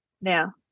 now